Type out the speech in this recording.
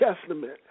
Testament